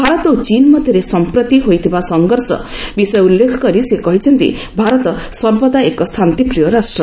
ଭାରତ ଓ ଚୀନ୍ ମଧ୍ୟରେ ସମ୍ପ୍ରତି ହୋଇଥିବା ସଂଘର୍ଷ ବିଷୟ ଉଲ୍ଲେଖ କରି ସେ କହିଛନ୍ତି ଭାରତ ସର୍ବଦା ଏକ ଶାନ୍ତିପ୍ରିୟ ରାଷ୍ଟ୍ର